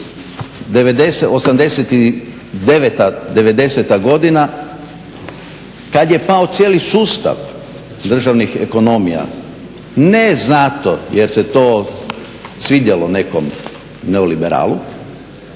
'90. godina kad je pao cijeli sustav državnih ekonomija. Ne zato jer se to svidjelo nekom neoliberalu